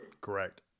Correct